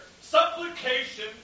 Supplication